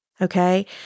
okay